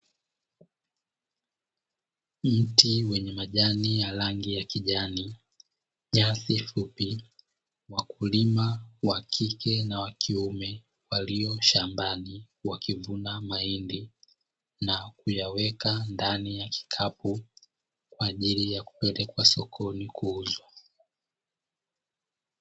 Mti wenye majani ya rangi ya kijani na nyasi fupi, wakulima wa kike na wa kiume walio shambani wakivuna mahindi na kuyaweka ndani ya kikapu kwa ajili ya kupelekwa sokoni kuuza.